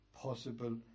Possible